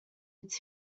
its